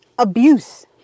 Abuse